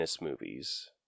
movies